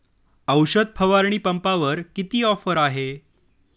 औषध फवारणी पंपावर किती ऑफर आहे?